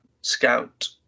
scout